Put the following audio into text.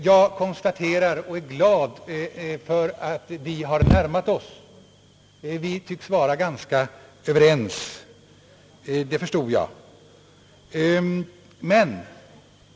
Jag konstaterar och är glad över att vi har närmat oss varandra. Vi tycks vara ganska överens enligt vad jag förstår av herr Strands sista anförande.